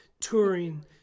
touring